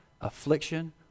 affliction